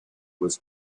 was